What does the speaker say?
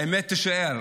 והאמת תישאר.